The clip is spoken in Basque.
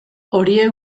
horiek